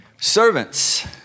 Servants